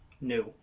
No